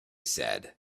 said